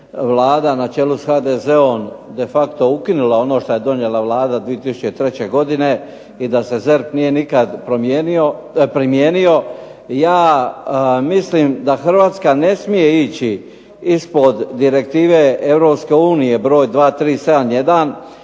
Vlada na čelu sa HDZ-om de facto ukinula ono što je donijela Vlada 2003. godine i da se ZERP nije nikada primijenio. Ja mislim da Hrvatska ne smije ići ispod Direktive Europske